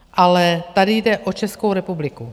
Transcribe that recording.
Ale tady jde o Českou republiku.